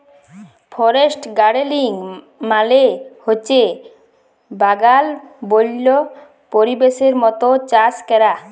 forest গাড়েলিং মালে হছে বাগাল বল্য পরিবেশের মত চাষ ক্যরা